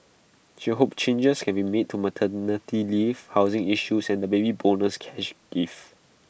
she hopes changes can be made to maternity leave housing issues and the Baby Bonus cash gift